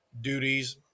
duties